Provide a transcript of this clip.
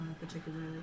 particularly